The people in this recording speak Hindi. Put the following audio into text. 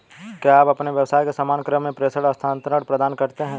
क्या आप अपने व्यवसाय के सामान्य क्रम में प्रेषण स्थानान्तरण प्रदान करते हैं?